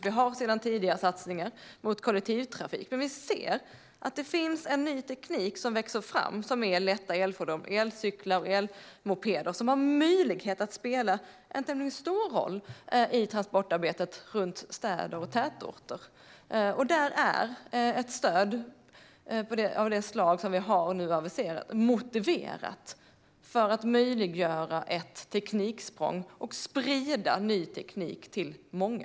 Vi har sedan tidigare satsningar mot kollektivtrafik, men vi ser att det finns en ny teknik som växer fram - det handlar om lätta elfordon, elcyklar och elmopeder - som har möjlighet att spela en tämligen stor roll i transportarbetet runt städer och tätorter. Där är ett stöd av det slag som vi nu har aviserat motiverat för att möjliggöra ett tekniksprång och sprida ny teknik till många.